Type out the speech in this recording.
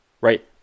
Right